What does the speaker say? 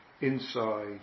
inside